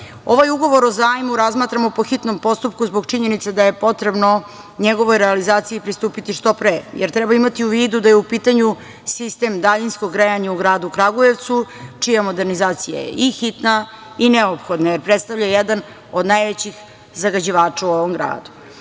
Ugovor o zajmu razmatramo po hitnom postupku zbog činjenice da je potrebno njegovoj realizaciji pristupiti što pre, jer treba imati u vidu da je u pitanju sistem daljinskog grejanja u gradu Kragujevcu, čija modernizacija je i hitna i neophodna, jer predstavljaju jedan od najvećih zagađivača u ovom gradu. Da